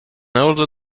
older